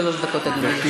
שלוש דקות, אדוני, לרשותך.